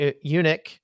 eunuch